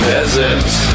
Peasants